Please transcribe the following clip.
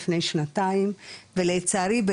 לפני שנתיים ולצערי,